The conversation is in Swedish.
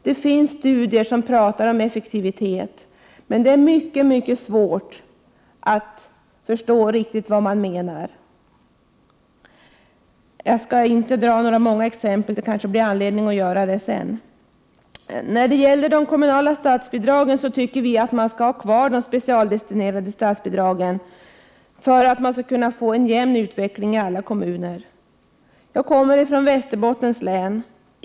Det finns studier som talar om effektivitet, men det är mycket svårt att förstå riktigt vad som menas. Jag skall inte ta upp många exempel, det kanske kommer att finnas anledning att göra det sedan. Vi tycker att de specialdestinerade statsbidragen skall vara kvar, så att man får en jämn utveckling i alla kommuner. Jag kommer från Västerbottens län.